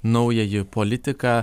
naująjį politiką